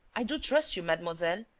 i do trust you, mademoiselle,